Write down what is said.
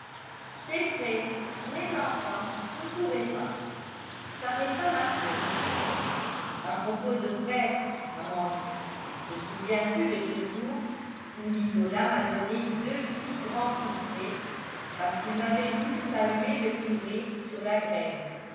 c'est vrai mais enfin je ne pourrais pas ça n'est pas ma faute à propos de prêtres amandine te souviens-tu de ce jour où nicolas m'a donné deux si grands soufflets parce qu'il m'avait vu saluer le curé sur la grève